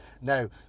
Now